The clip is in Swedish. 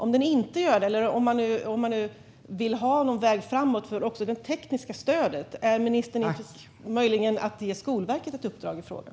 Om den inte gör det, och om man vill ha någon väg framåt också för det tekniska stödet - är ministern möjligen intresserad av att ge Skolverket ett uppdrag i frågan?